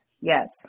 Yes